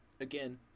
Again